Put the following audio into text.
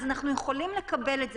אז אנחנו יכולים לקבל את זה.